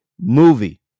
movie